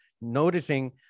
noticing